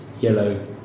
yellow